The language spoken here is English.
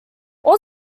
all